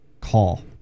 call